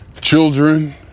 children